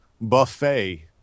buffet